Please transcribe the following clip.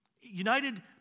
United